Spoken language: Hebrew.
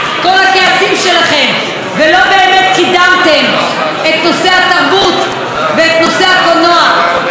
ולא באמת קידמתם את נושא התרבות ואת נושא הקולנוע בחברה הישראלית.